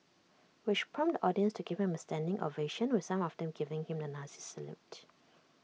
which prompted the audience to give him A standing ovation with some of them giving him the Nazi salute